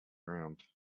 ground